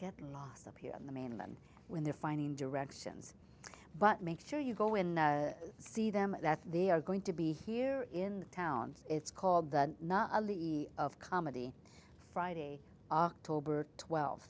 get lost up here on the mainland when they're finding directions but make sure you go in see them that they are going to be here in the towns it's called the not of comedy friday october twel